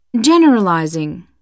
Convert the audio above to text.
Generalizing